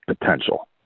potential